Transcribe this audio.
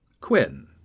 Quinn